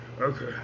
Okay